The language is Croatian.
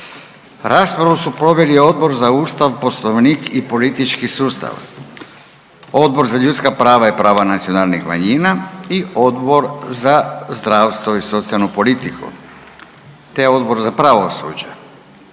Raspravu su proveli Odbor za ustav, poslovnik i politički sustav, Odbor za ljudska prava i prava nacionalnih manjina i Odbor za zdravstvo i socijalnu politiku, te Odbor za pravosuđe.